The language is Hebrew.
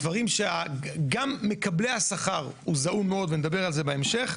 דברים שגם מקבלי השכר הוא זעום מאוד ונדבר על זה בהמשך,